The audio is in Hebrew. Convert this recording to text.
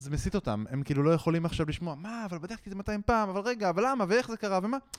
זה מסית אותם, הם כאילו לא יכולים עכשיו לשמוע מה, אבל בטח כי זה 200 פעם, אבל רגע, אבל למה ואיך זה קרה ומה